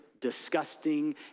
disgusting